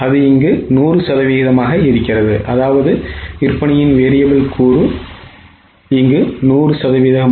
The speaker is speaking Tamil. இது 100 சதவிகிதம்